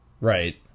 Right